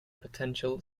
potential